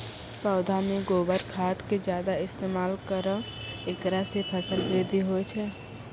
पौधा मे गोबर खाद के ज्यादा इस्तेमाल करौ ऐकरा से फसल बृद्धि होय छै?